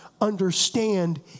understand